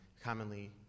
Commonly